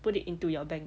put it into your bank